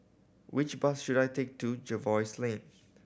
which bus should I take to Jervois Lane